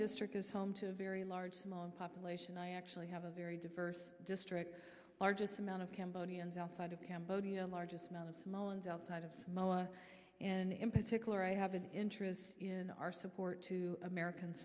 district is home to a very large small population i actually have a very diverse district largest amount of cambodians outside of cambodia largest not a small and outside of and in particular i have an interest in our support to america